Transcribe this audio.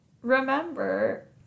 Remember